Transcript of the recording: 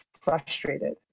frustrated